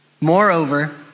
Moreover